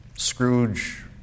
Scrooge